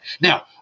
Now